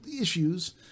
issues